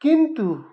কিন্তু